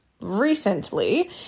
Recently